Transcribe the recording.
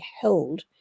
held